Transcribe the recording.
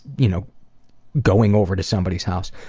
you know going over to somebody's house.